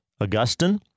Augustine